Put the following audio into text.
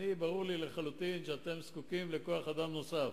ברור לי לחלוטין שאתם זקוקים לכוח-אדם נוסף,